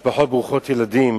משפחות ברוכות ילדים